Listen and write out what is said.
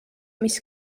mis